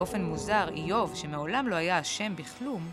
באופן מוזר, איוב, שמעולם לא היה אשם בכלום.